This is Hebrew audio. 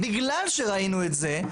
בגלל שראינו את זה,